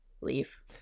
leave